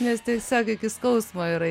nes tiesiog iki skausmo yra